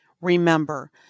Remember